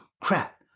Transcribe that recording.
crap